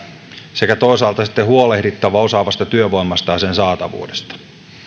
sekä toisaalta sitten huolehdittava osaavasta työvoimasta ja sen saatavuudesta